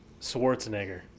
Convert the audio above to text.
Schwarzenegger